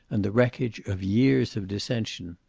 and the wreckage of years of dissension.